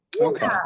Okay